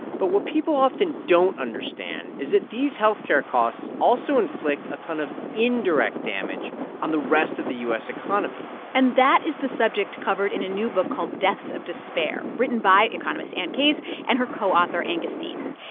but what people often don't understand is that these health care costs also inflict a ton of indirect damage on the rest of the u s. economy and that is the subject covered in a new book called deaths of despair written by economist anne case and her co-author, angus deaton.